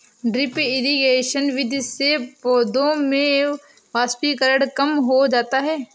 drip irrigation विधि से पौधों में वाष्पीकरण कम हो जाता है